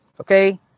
Okay